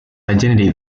identity